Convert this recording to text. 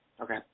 Okay